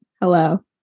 Hello